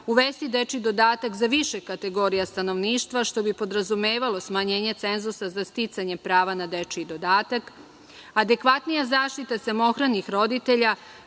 uvesti dečiji dodatak za više kategorija stanovništva, što bi podrazumevalo smanjenje cenzusa za sticanjem prava na dečiji dodatak, adekvatnija zaštita samohranih roditelja,